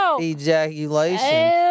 ejaculation